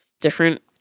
different